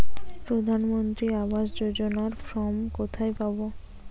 প্রধান মন্ত্রী আবাস যোজনার ফর্ম কোথায় পাব?